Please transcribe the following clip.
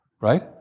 right